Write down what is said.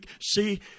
See